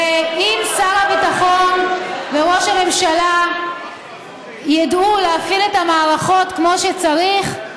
ואם שר הביטחון וראש הממשלה ידעו להפעיל את המערכות כמו שצריך,